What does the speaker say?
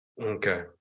Okay